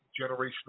generational